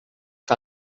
que